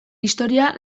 historia